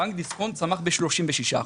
בנק דיסקונט צמח ב-36 אחוזים.